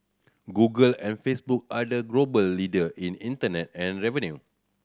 Google and Facebook are the global leader in internet ad revenue